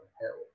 hell